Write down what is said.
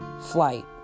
flight